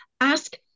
ask